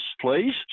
please